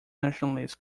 nationalist